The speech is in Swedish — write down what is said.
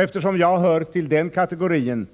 Eftersom jag hör till den kategorin